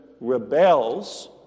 rebels